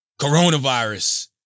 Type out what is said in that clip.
coronavirus